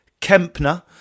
Kempner